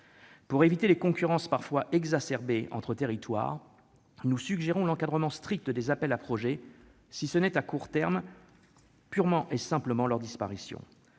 Pour éviter les concurrences parfois exacerbées entre territoires, nous suggérons l'encadrement strict des appels à projets, si ce n'est à court terme leur disparition